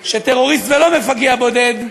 כשטרוריסט, ולא מפגע בודד,